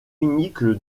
unique